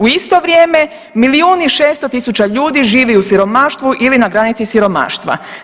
U isto vrijeme milijun i 600 tisuća ljudi živi u siromaštvu ili na granici siromaštva.